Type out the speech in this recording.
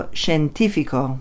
scientifico